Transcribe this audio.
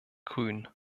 grün